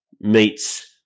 meets